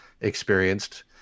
experienced